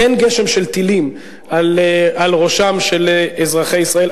אין "גשם" של טילים על ראשם של אזרחי ישראל.